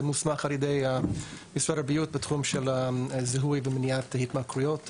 ומוסמך על-ידי משרד הבריאות בתחום זיהוי ומניעת התמכרויות.